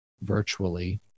virtually